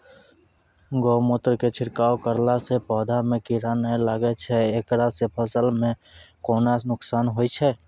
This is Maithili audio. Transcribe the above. गोमुत्र के छिड़काव करला से पौधा मे कीड़ा नैय लागै छै ऐकरा से फसल मे कोनो नुकसान नैय होय छै?